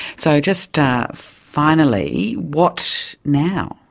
so just ah finally, what now?